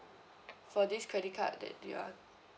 for this credit card that you are